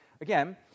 Again